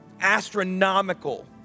astronomical